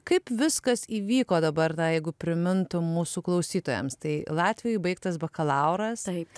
kaip viskas įvyko dabar na jeigu primintum mūsų klausytojams tai latvijoj baigtas bakalauras taip